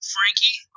Frankie